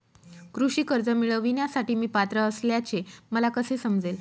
कृषी कर्ज मिळविण्यासाठी मी पात्र असल्याचे मला कसे समजेल?